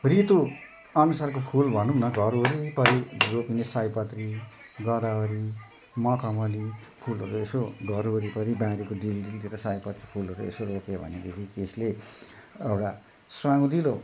ऋतुअनुसारको फुल भनौँ न घर वरिपरि रोप्ने सयपत्री गदावरी मखमली फुलहरू यसो घरवरिपरि बारीको डिल डिलतिर सयपत्री फुलहरू यसो रोप्यो भनेदेखि त्यसले एउटा सुहाउँदिलो